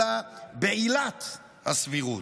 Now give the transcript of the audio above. אלא בעילת הסבירות.